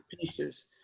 pieces